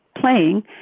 playing